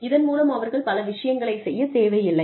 இதன் மூலம் அவர்கள் பல விஷயங்களைச் செய்ய தேவையில்லை